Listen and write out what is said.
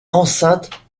enceinte